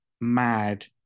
mad